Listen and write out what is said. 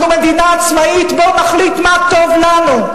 אנחנו מדינה עצמאית, בואו נחליט מה טוב לנו.